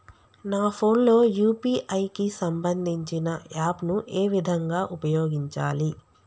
నా ఫోన్ లో యూ.పీ.ఐ కి సంబందించిన యాప్ ను ఏ విధంగా ఉపయోగించాలి?